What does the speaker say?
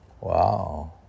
Wow